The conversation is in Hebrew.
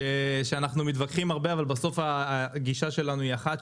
שאנחנו מתווכחים הרבה אבל בסוף הגישה שלנו היא אחת,